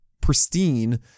pristine